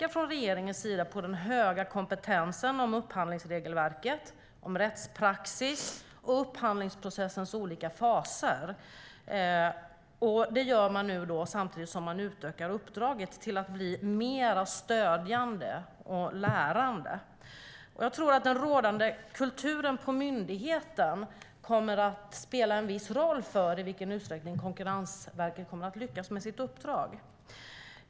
Regeringen pekar på den höga kompetensen när det gäller upphandlingsregelverket, rättspraxis och upphandlingsprocessens olika faser. Det gör regeringen samtidigt som den utökar uppdraget till att bli mer stödjande och lärande. Jag tror att den rådande kulturen på myndigheten kommer att spela viss roll för i vilken utsträckning Konkurrensverket kommer att lyckas med sitt uppdrag.